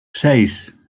seis